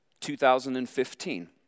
2015